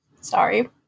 Sorry